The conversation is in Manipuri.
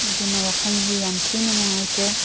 ꯑꯗꯨꯅ ꯋꯥꯈꯜꯁꯤ ꯌꯥꯝ ꯊꯤꯅ ꯅꯨꯡꯉꯥꯏꯇ꯭ꯔꯦ